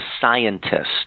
Scientist